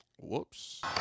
whoops